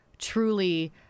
truly